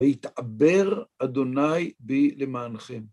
וייתעבר ה' בי למענכם.